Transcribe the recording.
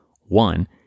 One